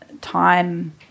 time